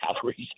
calories